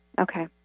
Okay